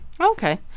okay